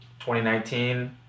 2019